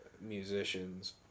musicians